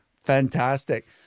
Fantastic